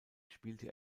spielte